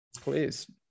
Please